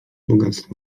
bogactwo